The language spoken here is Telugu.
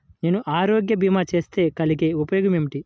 నేను ఆరోగ్య భీమా చేస్తే కలిగే ఉపయోగమేమిటీ?